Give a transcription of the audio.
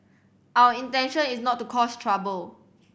our intention is not to cause trouble